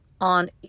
on